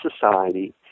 society